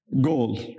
goal